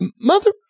mother